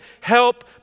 help